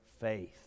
faith